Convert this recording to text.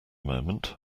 moment